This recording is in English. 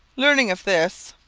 learning of this,